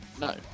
No